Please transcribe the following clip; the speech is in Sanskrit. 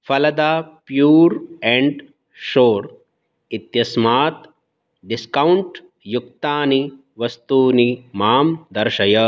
फ़लदा प्यूर् एण्ड् शोर् इत्यस्मात् डिस्कौण्ट् युक्तानि वस्तूनि मां दर्शय